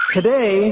Today